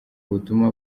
ubutumwa